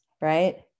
right